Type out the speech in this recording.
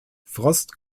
frost